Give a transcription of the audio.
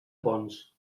ponts